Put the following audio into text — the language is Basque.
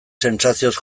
sentsazioz